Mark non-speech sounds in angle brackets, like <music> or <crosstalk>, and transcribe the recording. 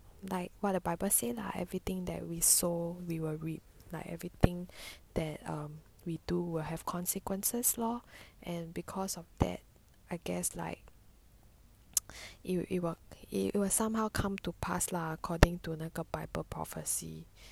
like what the bible say lah everything that we sow we will reap like everything that um we do will have consequences lor and because of that I guess like <noise> it will it will it will somehow come to pass lah according to 那个 bible prophecy